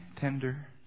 tender